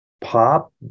pop